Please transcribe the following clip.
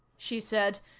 she said.